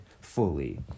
fully